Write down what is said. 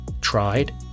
tried